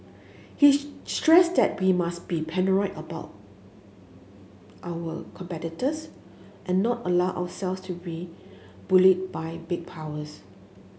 he stressed that we must be paranoid about our competitors and not allow ourselves to be bullied by big powers